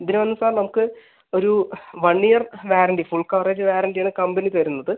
ഇതിന് വന്ന് സാർ നമുക്ക് ഒരു വൺ ഇയർ ഒരു വാറണ്ടി ഫുൾ കവറേജ് വാറണ്ടി ആണ് കമ്പനി തരുന്നത്